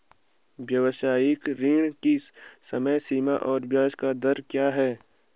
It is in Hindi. व्यावसायिक ऋण की समय सीमा और ब्याज दर क्या है?